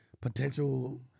potential